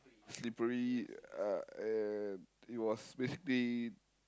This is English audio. slippery uh and it was basically